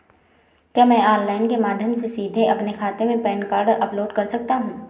क्या मैं ऑनलाइन के माध्यम से सीधे अपने खाते में पैन कार्ड अपलोड कर सकता हूँ?